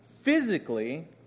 Physically